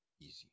easy